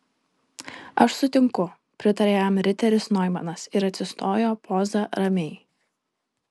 aš sutinku pritarė jam riteris noimanas ir atsistojo poza ramiai